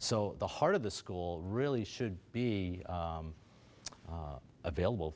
so the heart of the school really should be available